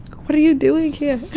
what are you doing here?